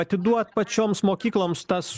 atiduot pačioms mokykloms tas